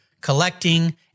collecting